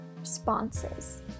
responses